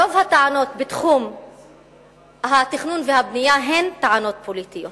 רוב הטענות בתחום התכנון והבנייה הן טענות פוליטיות,